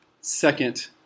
second